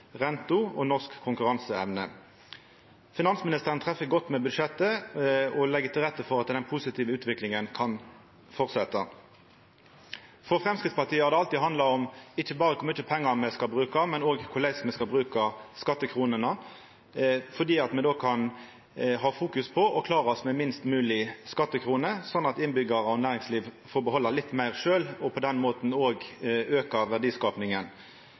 renta og norsk konkurranseevne. Finansministeren treffer godt med budsjettet og legg til rette for at den positive utviklinga kan fortsetja. For Framstegspartiet har det alltid handla om ikkje berre kor mykje pengar me skal bruka, men òg om korleis me skal bruka skattekronene, fordi me då kan fokusera på å klara oss med færrast mogleg skattekroner, slik at innbyggjarar og næringsliv får behalda litt meir sjølve, og på den måten auka verdiskapinga.